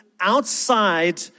outside